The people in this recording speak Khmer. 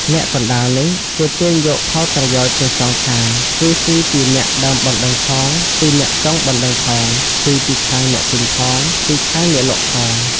អ្នកកណ្ដាលនេះ គេទាញយកផលប្រយោជន៍ទាំងសងខាង គឺស៊ីពីអ្នកដើមបណ្ដឹងផង ពីអ្នកចុងបណ្ដឹងផង ស៊ីពីខាងអ្នកទិញផង ពីខាងអ្នកលក់ផង ។